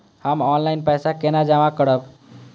हम ऑनलाइन पैसा केना जमा करब?